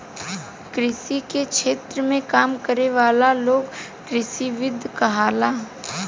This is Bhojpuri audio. कृषि के क्षेत्र में काम करे वाला लोग कृषिविद कहाला